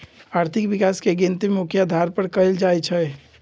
आर्थिक विकास के गिनती मुख्य अधार पर कएल जाइ छइ